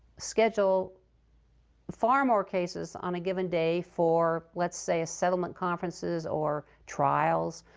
schedule far more cases on a given day for, let's say, settlement conferences, or trials,